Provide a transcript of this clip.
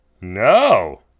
No